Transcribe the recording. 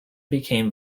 became